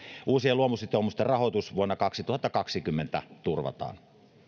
uusien luomusitoumusten rahoitus vuonna kaksituhattakaksikymmentä turvataan